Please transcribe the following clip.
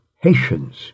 Haitians